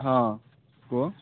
ହଁ କୁହ